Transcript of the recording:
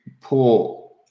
poor